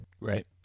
Right